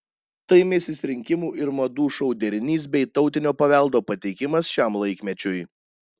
tai misis rinkimų ir madų šou derinys bei tautinio paveldo pateikimas šiam laikmečiui